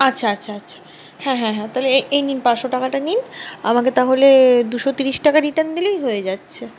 আচ্ছা আচ্ছা আচ্ছা হ্যাঁ হ্যাঁ হ্যাঁ তাহলে এই নিন পাঁচশো টাকাটা নিন আমাকে তাহলে দুশো ত্রিশ টাকা রিটার্ন দিলেই হয়ে যাচ্ছে